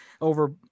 over